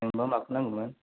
नोंनोबा माखौ नांगौमोन